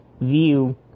view